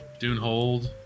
Dunehold